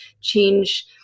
change